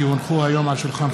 כי הונחו על שולחן הכנסת,